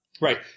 right